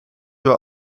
will